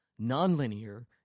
nonlinear